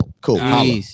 Cool